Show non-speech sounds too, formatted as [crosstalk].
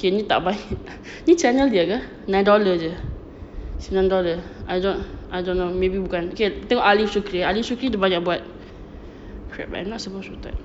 K ni tak banyak [laughs] ni channel dia ke nine dollar jer sembilan dollar I don't know maybe bukan okay tengok aliff syukri aliff syukri dia banyak buat crap I'm not supposed to type